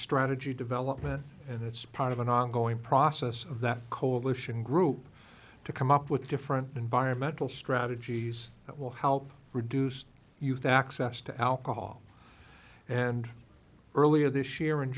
strategy development and it's part of an ongoing process of that coalition group to come up with different environmental strategies that will help reduce youth access to alcohol and earlier this year in